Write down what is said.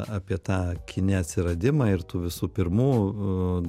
apie tą kine atsiradimą ir tų visų pirmų